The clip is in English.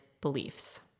beliefs